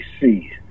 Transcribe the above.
see